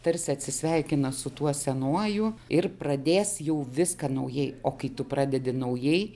tarsi atsisveikina su tuo senuoju ir pradės jau viską naujai o kai tu pradedi naujai